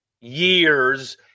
years